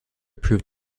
proved